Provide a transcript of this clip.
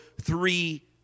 three